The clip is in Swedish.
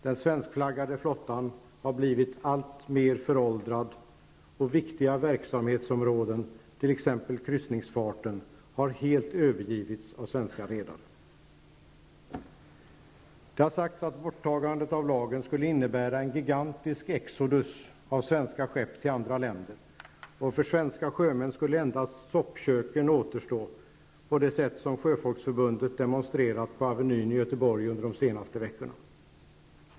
Den svenskflaggade flottan har blivit alltmer föråldrad, och viktiga verksamhetsområden, t.ex. Det har sagts att ett borttagande av lagen skulle innebära en gigantisk exodus av svenska skepp till andra länder, och för svenska sjömän skulle endast soppköken återstå på det sätt som Göteborg under de senaste veckorna.